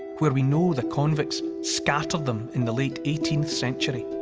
where we know the convicts scattered them in the late eighteenth century.